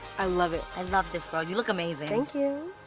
i love it. i love this girl, you look amazing. thank you.